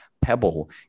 pebble